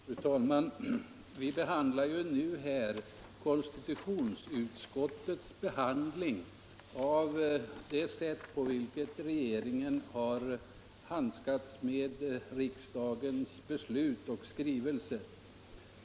Fru talman! Vi behandlar nu konstitutionsutskottets granskning av det sätt på vilket regeringen handskas med riksdagens beslut och skrivelser.